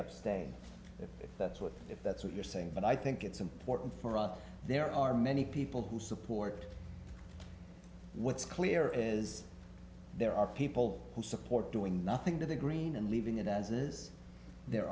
upstate that's what if that's what you're saying but i think it's important for us there are many people who support what's clear is there are people who support doing nothing to the green and leaving it as it is there